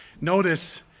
Notice